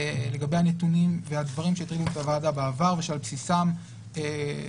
לגבי הנתונים והדברים שהטרידו את הוועדה בעבר ושעל בסיסם הוועדה